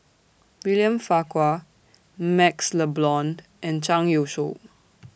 William Farquhar MaxLe Blond and Zhang Youshuo